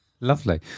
Lovely